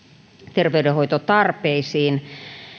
terveydenhoitotarpeisiin